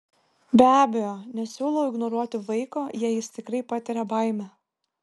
be abejo nesiūlau ignoruoti vaiko jei jis tikrai patiria baimę